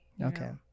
Okay